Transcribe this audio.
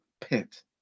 pit